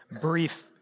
brief